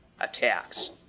attacks